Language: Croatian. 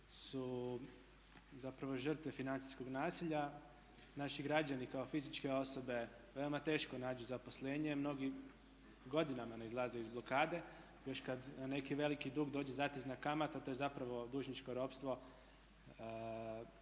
su zapravo žrtve financijskog nasilja. Naši građani kao fizičke osobe veoma teško nađu zaposlenje, mnogi godinama ne izlaze iz blokade. Još kada neki veliki dug dođe, zatezna kamata, to je zapravo dužničko ropstvo